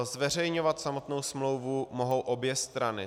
Zveřejňovat samotnou smlouvu mohou obě strany.